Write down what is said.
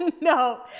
no